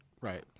right